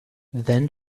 then